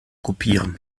kopieren